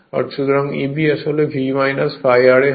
সুতরাং Eb আসলে V ∅ ra হয়